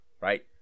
right